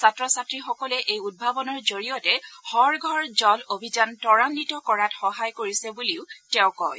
ছাত্ৰ ছাত্ৰীসকলে এই উদ্ভাৱনৰ জৰিয়তে হৰ ঘৰ জল অভিযান তুৰাঘিত কৰাত সহায় কৰিছে বুলিও তেওঁ কয়